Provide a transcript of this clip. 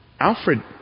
Alfred